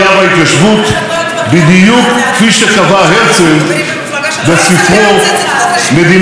בדיוק כפי שקבע הרצל בספרו "מדינת היהודים".